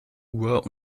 uhr